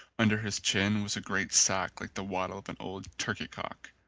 under his chin was a great sack like the wattle of an old turkey-cock